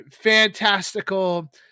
fantastical